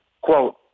quote